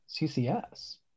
CCS